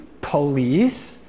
police